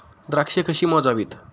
द्राक्षे कशी मोजावीत?